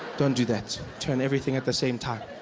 don't do that, turn everything at the same time.